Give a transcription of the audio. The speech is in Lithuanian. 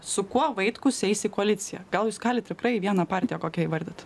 su kuo vaitkus eis į koaliciją gal jūs galit tikrai vieną partiją kokią įvardyt